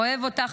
אוהב אותך,